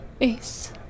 Ace